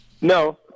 No